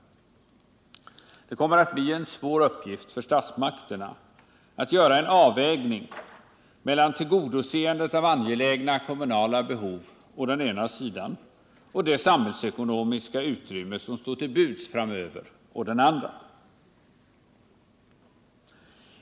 Det kommer att bli en svår uppgift för statsmakterna att göra en avvägning mellan tillgodoseendet av angelägna kommunala behov å den ena sidan och det samhällsekonomiska utrymme som står till buds framöver å den andra.